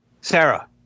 Sarah